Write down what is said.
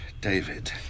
David